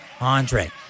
Andre